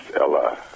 ella